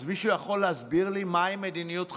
אז מישהו יכול להסביר לי מהי מדיניות חקירות?